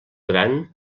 gran